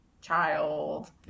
child